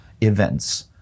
events